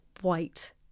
white